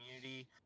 community